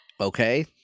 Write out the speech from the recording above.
Okay